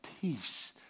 peace